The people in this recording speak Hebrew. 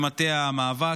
במטה המאבק,